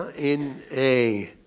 in a